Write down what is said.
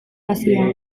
hazia